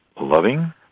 loving